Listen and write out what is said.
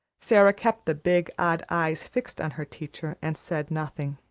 sara kept the big odd eyes fixed on her teacher and said nothing.